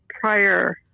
prior